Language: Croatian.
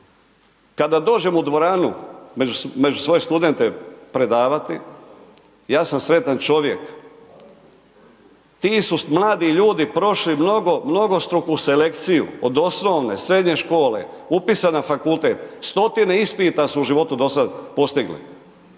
Kada dođem u dvoranu među svoje studente predavati, ja sam sretan čovjek. Ti su mladi ljudi prošli mnogostruku selekciju, od osnovne, srednje škole, upisa na fakultet, stotina ispita su u životu dosad postigli.